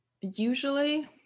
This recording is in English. usually